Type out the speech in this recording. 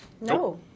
no